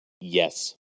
Yes